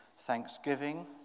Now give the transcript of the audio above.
Thanksgiving